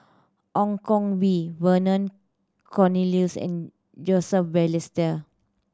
Ong Koh Bee Vernon Cornelius and Joseph Balestier